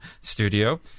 studio